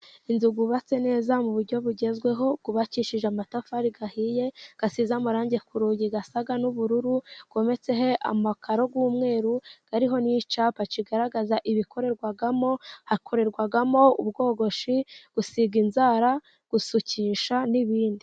Inzu yubatse neza mu buryo bugezweho, yubakishije amatafari ahiye, isize amarangi ku rugi asa n'ubururu. Yometseho amakaro y'umweru, hariho n'icyapa kigaragaza ibikorerwamo. Hakorerwamo ubwogoshi, gusiga inzara, gusukisha n'ibindi.